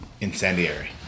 Incendiary